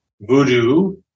Voodoo